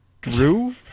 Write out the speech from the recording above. Drew